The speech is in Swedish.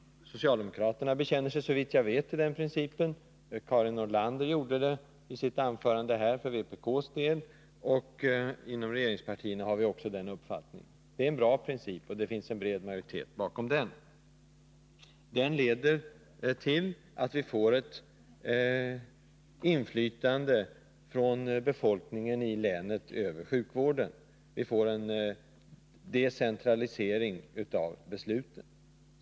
Socialdemokraterna bekänner sig, såvitt jag vet, till den principen. Karin Nord!ander gjorde det i sitt anförande för vpk:s del, och inom regeringspartierna har vi också den uppfattningen. Det är en bra princip, och det finns en bred majoritet bakom den. Den leder till att befolkningen i länet får ett inflytande över sjukvården — vi får en decentralisering av besluten.